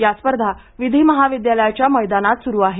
या स्पर्धा विधी महाविद्यालयाच्या मैदानावर सुरू आहेत